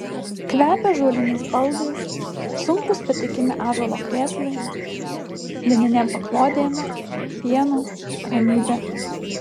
kvepia ąžuoliniais baldais sunkūs patikimi ąžuolo krėslai lininėm paklodėm pienu ramybe